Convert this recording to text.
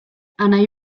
anai